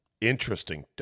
Interesting